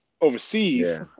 overseas